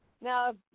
Now